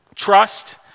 Trust